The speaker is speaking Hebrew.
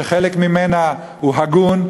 שחלק ממנה הוא הגון,